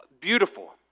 beautiful